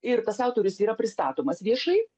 ir tas autorius yra pristatomas viešai